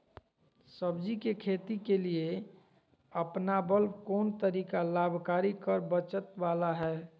सब्जी के खेती के लिए अपनाबल कोन तरीका लाभकारी कर बचत बाला है?